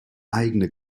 eigene